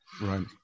Right